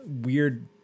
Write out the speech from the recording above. weird